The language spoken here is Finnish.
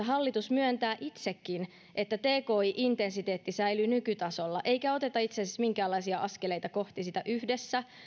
hallitus myöntää itsekin että ensi vuoden budjetissa tki intensiteetti säilyy nykytasolla eikä oteta itse asiassa minkäänlaisia askeleita kohti sitä yhdessä